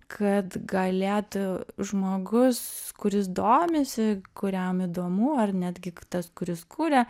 kad galėtų žmogus kuris domisi kuriam įdomu ar netgi tas kuris kuria